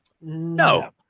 No